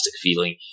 feeling